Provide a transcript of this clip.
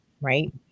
right